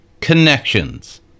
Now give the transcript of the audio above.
connections